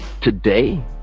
today